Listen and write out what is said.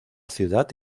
ciudad